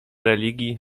religii